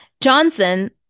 Johnson